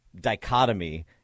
dichotomy